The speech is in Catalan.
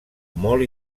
molt